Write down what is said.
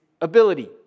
ability